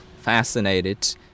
fascinated